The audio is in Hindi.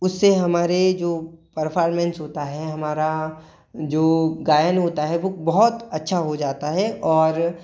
उस से हमारे जो परफार्मेंस होता है हमारा जो गायन होता है वो बहुत अच्छा हो जाता है और